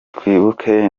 twibuke